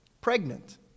pregnant